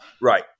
Right